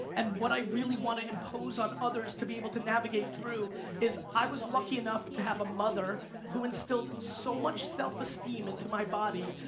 and what i really wanna impose on others to be able to navigate through is i was lucky enough to have a mother who instilled so much self esteem into my body,